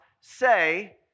say